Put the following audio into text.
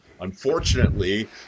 Unfortunately